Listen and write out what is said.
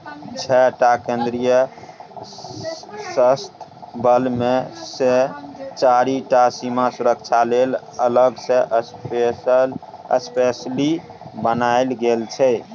छअ टा केंद्रीय सशस्त्र बल मे सँ चारि टा सीमा सुरक्षा लेल अलग सँ स्पेसली बनाएल गेल छै